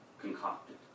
concocted